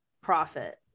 profit